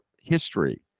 history